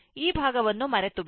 ಈ ಭಾಗವನ್ನು ಮರೆತುಬಿಡಿ